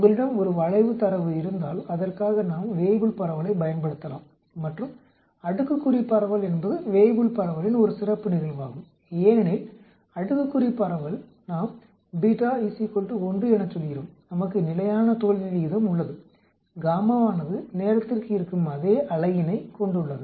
உங்களிடம் ஒரு வளைவு தரவு இருந்தால் அதற்காக நாம் வேய்புல் பரவலைப் பயன்படுத்தலாம் மற்றும் அடுக்குக்குறி பரவல் என்பது வேய்புல் பரவலின் ஒரு சிறப்பு நிகழ்வாகும் ஏனெனில் அடுக்குக்குறி பரவல் நாம் எனச் சொல்கிறோம் நமக்கு நிலையான தோல்வி விகிதம் உள்ளது ஆனது நேரத்திற்கு இருக்கும் அதே அலகினைக் கொண்டுள்ளது